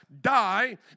die